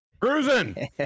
cruising